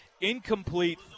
Incomplete